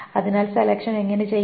അതിനാൽ സെലെക്ഷൻ എങ്ങനെ ചെയ്യാം